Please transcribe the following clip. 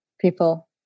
people